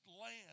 land